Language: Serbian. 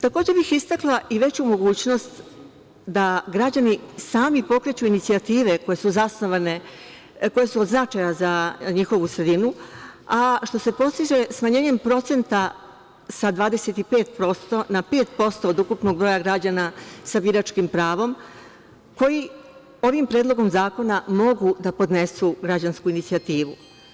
Takođe bih istakla i veću mogućnost da građani sami pokreću inicijative koje su od značaja za njihovu sredinu, a što se postiže smanjenjem procenta sa 25% na 5% od ukupnog broja građana sa biračkim pravom koji ovim Predlogom zakona mogu da podnesu građansku inicijativu.